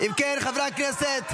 תודה רבה.